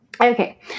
okay